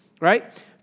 right